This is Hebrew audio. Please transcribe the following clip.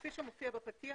כפי שמופיע בפתיח.